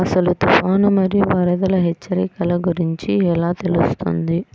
అసలు తుఫాను మరియు వరదల హెచ్చరికల గురించి ఎలా తెలుస్తుంది?